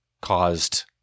caused –